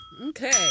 Okay